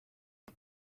are